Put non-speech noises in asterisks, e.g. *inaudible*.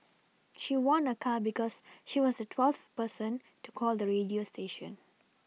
she won a car because she was twelfth person to call the radio station *noise*